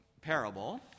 parable